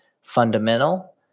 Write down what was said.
fundamental